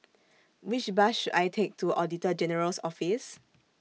Which Bus should I Take to Auditor General's Office